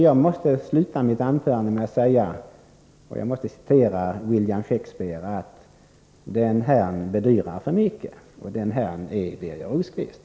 Jag vill avsluta mitt anförande med att citera William Shakespeare: ”Den herrn bedyrar för mycket.” Den herrn är Birger Rosqvist.